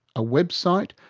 a web site,